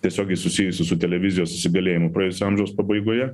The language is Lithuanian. tiesiogiai susijusi su televizijos įsigalėjimu praėjusio amžiaus pabaigoje